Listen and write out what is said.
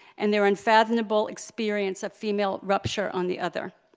and their unfathomable experience of female rupture on the other.